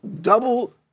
double